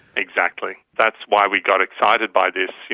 exactly, that's why we got excited by this. you